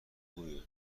خوبی